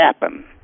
happen